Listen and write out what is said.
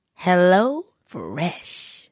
HelloFresh